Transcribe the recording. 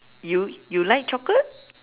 you you like chocolate